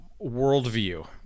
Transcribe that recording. worldview